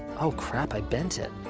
oh, crap, i bent it.